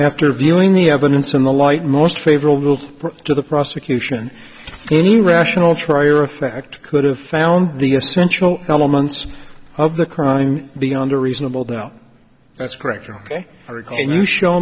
after viewing the evidence in the light most favorable to the prosecution any rational trier of fact could have found the essential elements of the crime beyond a reasonable doubt that's correct ok or can you show